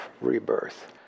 rebirth